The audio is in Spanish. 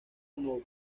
como